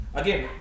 again